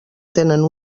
tenen